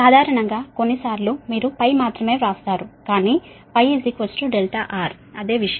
సాధారణంగా కొన్నిసార్లు మీరు మాత్రమే వ్రాస్తారు కానీ R అదే విషయం